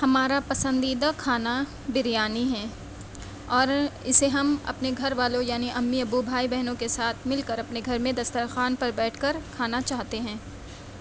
ہمارا پسندیدہ کھانا بریانی ہے اور اسے ہم اپنے گھر والوں یعنی امی ابو بھائی بہنوں کے ساتھ مل کر اپنے گھر میں دسترخوان پر بیٹھ کر کھانا چاہتے ہیں